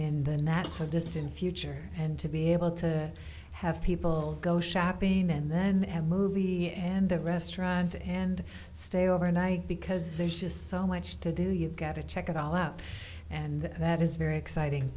in the not so distant future and to be able to have people go shopping and then have movie and a restaurant and stay overnight because there's just so much to do you get to check it all out and that is very exciting